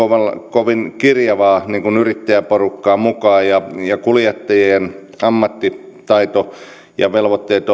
kovin kirjavaa yrittäjäporukkaa mukaan kuljettajien ammattitaito ja velvoitteet